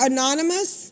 Anonymous